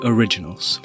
Originals